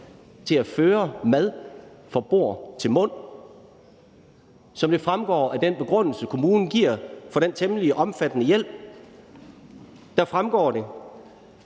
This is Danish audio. til at føre mad fra bord til mund. Af den begrundelse, kommunen giver for den temmelig omfattende hjælp, fremgår det: